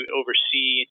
oversee